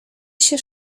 się